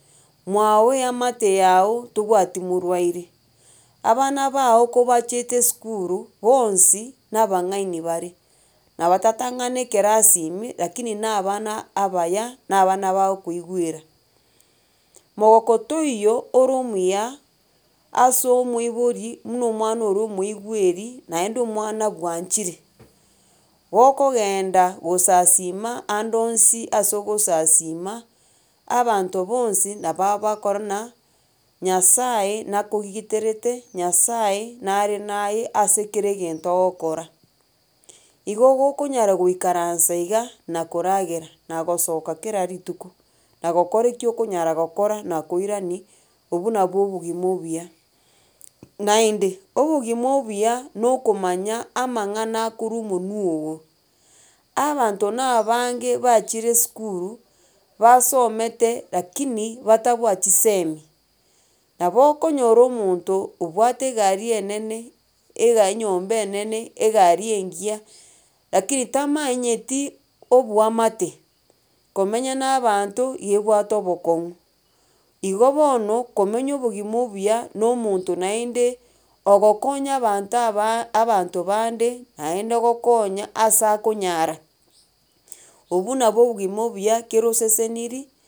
Mwago eamate yago tobwati morwaire, abana bago ko bachiete esukuru bonsi na abang'aini bare. Na abatatang'ana ekerasi ime, lakini na abana abaya, na abana bagokoigwera. Mogoko toiyo ore omuya ase omoibori muna omwana ore omoigweri naende omwana bwanchire gokogenda gosasima ande onsi ase ogosasima abanto bonsi naba aba korora na, nyasaye nakogigiterete, nyasaye nare naye ase kera egento ogokora. Igo gokonyara goikaransa iga nakoragera na gosoka kera rituko na gokora ekio okonyara gokora na koirani, obu nabwo obogima obuya. Naende, obogima obuya na okomanya amang'ana akorwa omonwe ogo, abanto na bange bachire esukuru, basomete lakini batabwati semi, nabo okonyora omonto obwate egari enene egaa enyomba enene, egari engiya, lakini tamanyeti obwamwate, komenya nabanto iga ebwate obokong'u. Igo bono, komenya obogima obuya na omonto naende ogokonya abanto abaa abanto bande naende gokonya ase akonyara obwo nabwo obogima obuya kero oseseniri.